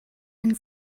and